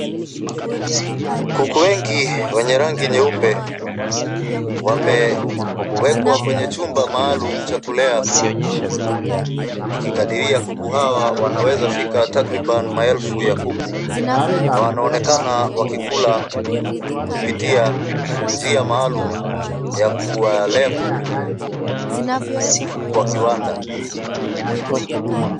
Kuku wengi wenye rangi nyeupe wamewekwa kwenye chumba maalum cha kulea kuku. Nikikadiria kuku hawa wanaweza fika takriban maelfu ya kuku, na wanaoneka wakikula kupitia njia maalum ya kuwalea kuku kwa kiwanda.